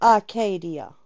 Arcadia